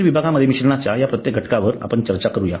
खालील विभागांमध्ये मिश्रणाच्या या प्रत्येक घटकावर आपण चर्चा करूया